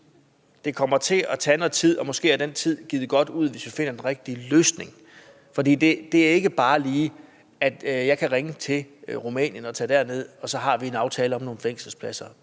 det kommer til at tage noget tid, og måske er den tid er givet godt ud, hvis vi finder den rigtige løsning. For det er ikke bare lige sådan, at jeg kan ringe til Rumænien og tage derned, og så har vi en aftale om nogle fængselspladser.